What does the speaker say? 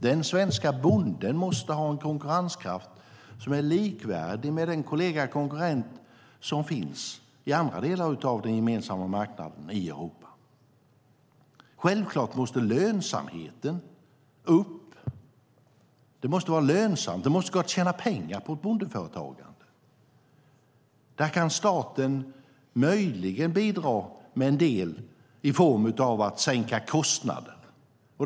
Den svenska bonden måste ha en konkurrenskraft som är likvärdig med den som hans kolleger och konkurrenter har i andra delar av den gemensamma marknaden i Europa. Självklart måste lönsamheten upp. Det måste gå att tjäna pengar på bondeföretagande. Där kan staten möjligen bidra med en del i form av att sänka kostnader.